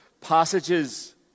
passages